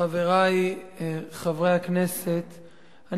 חברי חברי הכנסת,